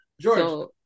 George